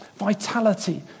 vitality